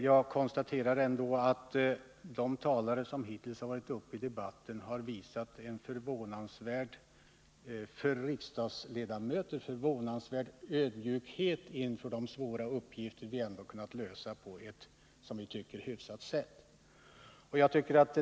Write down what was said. Jag konstaterar ändå att de talare som hittills varit uppe i debatten har visat en för riksdagsledamöter förvånansvärd ödmjukhet inför de svåra problem vi kunnat lösa på ett, som vi tycker, hyfsat sätt.